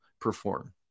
perform